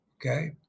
okay